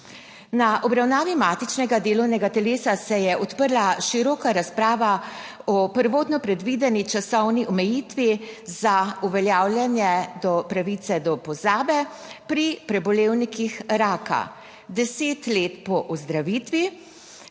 Na obravnavi matičnega delovnega telesa se je odprla široka razprava o prvotno predvideni časovni omejitvi za uveljavljanje pravice do pozabe pri prebolevnikih raka deset let po ozdravitvi,